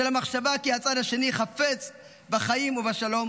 של המחשבה כי הצד השני חפץ בחיים ובשלום,